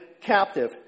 captive